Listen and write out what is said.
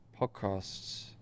Podcasts